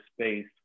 space